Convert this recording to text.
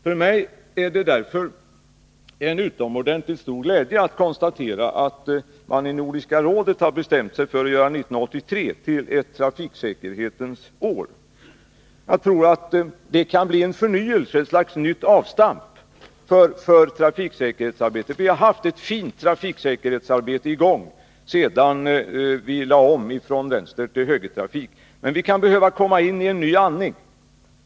För mig är det därför en utomordentligt stor glädje att konstatera att man i Nordiska rådet har bestämt sig för att göra 1983 till ett trafiksäkerhetens år. Jag tror att det kan bli en ny avstamp för trafiksäkerhetsarbetet. Vi har haft ett fint trafiksäkerhetsarbete i gång sedan vi lade om från vänstertill högertrafik, men vi kan behöva komma in i en ny andning.